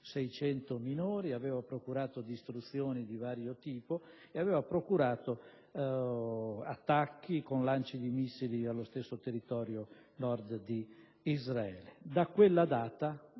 600 minori, aveva procurato distruzioni di vario tipo e attacchi con lanci di missili nello stesso territorio a Nord di Israele.